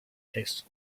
taste